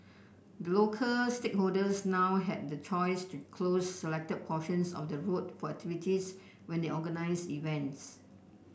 the local stakeholders now have the choice to close selected portions of the road for activities when they organise events